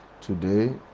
today